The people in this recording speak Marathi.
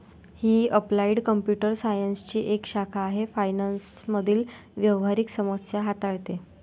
ही अप्लाइड कॉम्प्युटर सायन्सची एक शाखा आहे फायनान्स मधील व्यावहारिक समस्या हाताळते